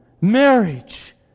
marriage